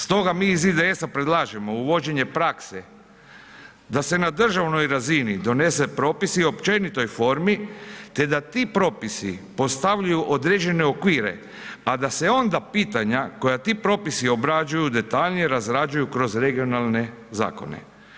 Stoga mi iz IDS-a predlažemo uvođenje prakse, da se na državnoj razini donese propisi općenitoj formi te da ti propisi postavljaju određene okvire, a da se onda pitanja koja ti propisi obrađuju, detaljnije razgrađuju kroz regionalne zakone.